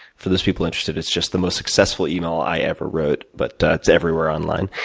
for those people interested, it's just the most successful email i ever wrote, but it's everywhere online.